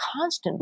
constantly